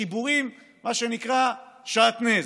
חיבורים שהם מה שנקרא שעטנז.